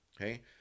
okay